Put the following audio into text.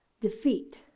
defeat